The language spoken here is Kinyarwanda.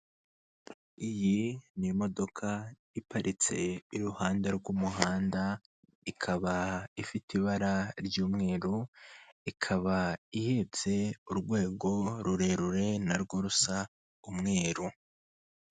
Iyi ni imodoka ipatitse iruhande rw'umuhanda, ikaba ifite ibara ry'umweru, ikaba ihetse urwego rurerure narwo rusa umweru.